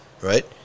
Right